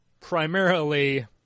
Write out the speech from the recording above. primarily